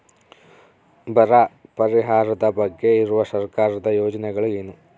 ಬರ ಪರಿಹಾರದ ಬಗ್ಗೆ ಇರುವ ಸರ್ಕಾರದ ಯೋಜನೆಗಳು ಏನು?